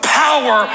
power